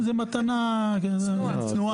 זאת מתנה צנועה.